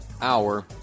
hour